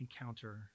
encounter